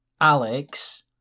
Alex